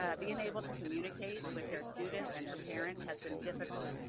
yeah being able to communicate with their students and their parents has been difficult,